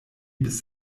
bis